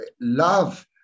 love